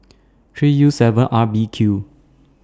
three U seven R B Q